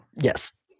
Yes